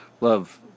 love